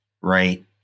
Right